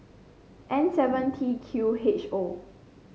N seven T Q H O